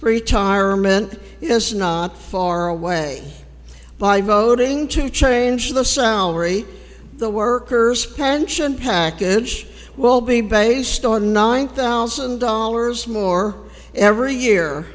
retirement is not far away by voting to change the sound very the workers pension package will be based on nine thousand dollars more every year